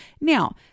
Now